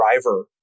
driver